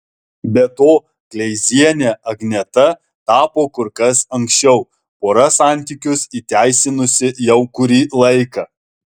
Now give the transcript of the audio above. be to kleiziene agneta tapo kur kas anksčiau pora santykius įteisinusi jau kurį laiką